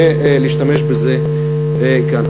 ולהשתמש בזה כאן.